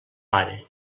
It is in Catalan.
pare